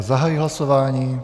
Zahajuji hlasování.